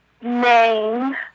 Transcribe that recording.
name